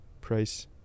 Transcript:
price